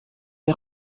est